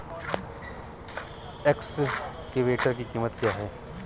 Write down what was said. Excavator की कीमत क्या है?